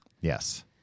Yes